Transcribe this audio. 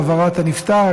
העברת הנפטר,